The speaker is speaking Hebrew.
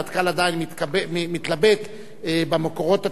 המטכ"ל עדיין מתלבט במקורות התקציביים,